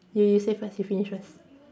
you say first you finish first